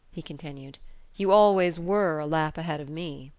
he continued you always were a lap ahead of me.